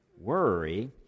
Worry